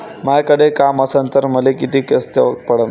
मायाकडे काम असन तर मले किती किस्त पडन?